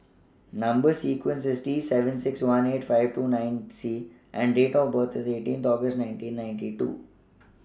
Number sequence IS T seven six one eight five two nine C and Date of birth IS eighteenth August nineteen ninety two